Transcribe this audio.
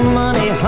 money